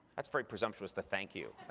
that's very presumptuous, the thank you.